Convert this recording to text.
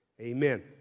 Amen